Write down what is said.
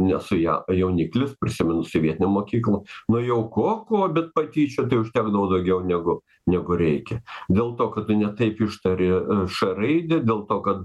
nesu ja jauniklis prisimenu sovietinę mokyklą nu jau ko ko bet patyčių tai užtekdavo daugiau negu negu reikia dėl to kad tu ne taip ištari š raidę dėl to kad